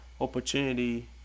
opportunity